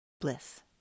Bliss